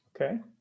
Okay